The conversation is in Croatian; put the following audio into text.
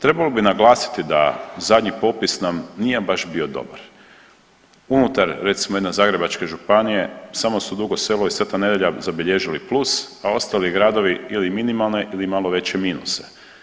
Trebalo bi naglasiti da zadnji popis nam nije baš bio dobar, unutar recimo jedne Zagrebačke županije samo su Dugo Selo i Sv. Nedjelja zabilježili plus, a ostali gradovi ili minimalne ili malo veće minuse.